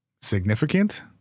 significant